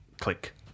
click